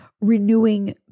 renewing